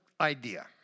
idea